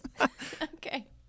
okay